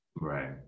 right